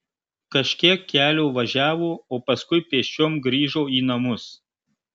kažkiek kelio važiavo o paskui pėsčiom grįžo į namus